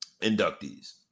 inductees